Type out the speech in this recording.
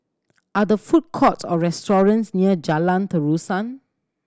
are the food courts or restaurants near Jalan Terusan